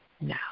now